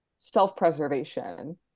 self-preservation